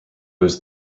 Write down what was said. was